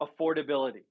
affordability